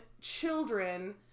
children